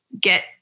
get